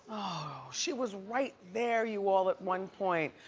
oh, she was right there, you all, at one point.